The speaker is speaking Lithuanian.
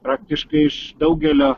praktiškai iš daugelio